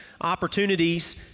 opportunities